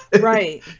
Right